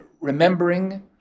remembering